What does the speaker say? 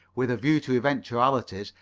with a view to eventualities,